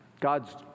God's